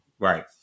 Right